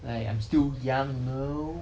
like I am still young you know